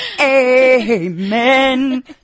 Amen